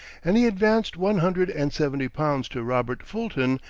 and he advanced one hundred and seventy pounds to robert fulton,